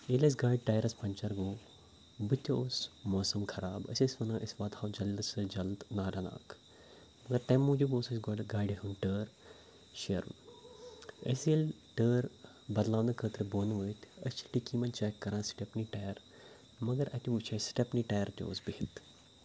ییٚلہِ اَسہِ گاڑِ ٹایرَس پنٛچَر گوٚو بٔتھِ اوس موسم خراب أسۍ ٲسۍ وَنان أسۍ واتہاو جلد سے جلد نارا ناگ مگر تَمہِ موٗجوٗب اوس اَسہِ گۄڈٮ۪تھ گاڑِ ہُنٛد ٹٲر شیرُن أسۍ ییٚلہِ ٹٲر بَدلاونہٕ خٲطرٕ بۄن ؤتھۍ اَسہِ چھِ ڈِکی منٛز چٮ۪ک کَران سِٹٮ۪پنی ٹایر مگر اَتہِ وُچھ اَسہِ سِٹٮ۪پنی ٹایر تہِ اوس بِہِتھ